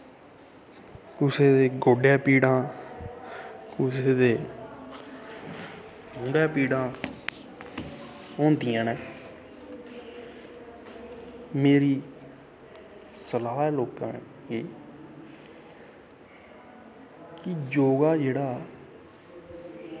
कुसै दै गोड्डैं पीड़ां कुसै दै मूंढै पीडां होंदियां नै मेरी सलाह् ऐ लोकैं गी कि योगा जेह्ड़ा